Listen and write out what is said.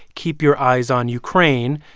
keep your eyes on ukraine.